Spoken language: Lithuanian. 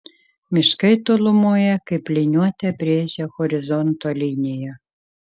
miškai tolumoje kaip liniuote brėžia horizonto liniją